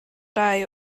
rai